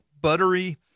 buttery